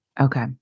Okay